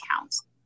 accounts